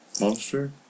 monster